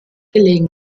gelegen